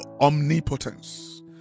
omnipotence